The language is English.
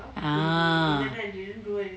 ah